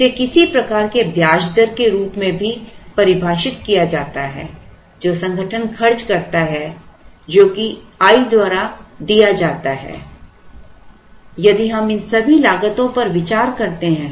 इसे किसी प्रकार के ब्याज दर के रूप में भी परिभाषित किया जाता है जो संगठन खर्च करता है जो कि i द्वारा दिया जाता है और इसलिए यह C c है यदि हम इन सभी लागतों पर विचार करते हैं